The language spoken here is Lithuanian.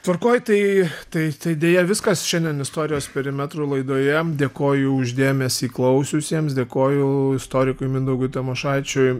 tvarkoj tai tai tai deja viskas šiandien istorijos perimetrų laidoje dėkoju už dėmesį klausiusiems dėkoju istorikui mindaugui tamošaičiui